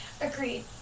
agreed